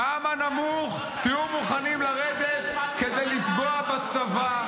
כמה נמוך תהיו מוכנים לרדת כדי לפגוע בצבא?